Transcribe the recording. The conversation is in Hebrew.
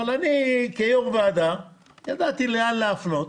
אבל אני כיושב-ראש ועדה ידעתי לאן להפנות